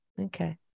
Okay